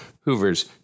Hoover's